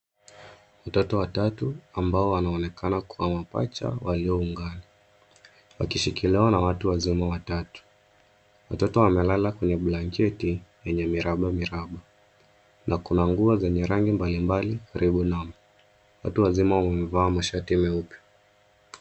Watoto watatu ambao wanaonekana kuwa mapacha walioungana wakishikiliwa na watu wazima watatu. Watoto wamelala blancheti yenye miraba miraba na kuna nguo zenye rangi mbali mbali karibu nao. Watu wazima wamevaa mashati meupe.